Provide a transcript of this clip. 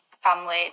family